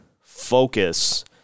focus